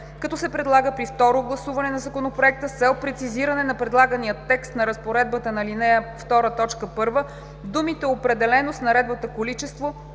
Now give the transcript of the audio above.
като се предлага при второ гласуване на Законопроекта, с цел прецизиране на предлагания текст на разпоредбата на ал. 2, т. 1, думите „определено с наредбата количество“